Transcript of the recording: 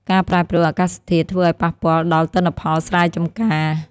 ការប្រែប្រួលអាកាសធាតុធ្វើឱ្យប៉ះពាល់ដល់ទិន្នផលស្រែចម្ការ។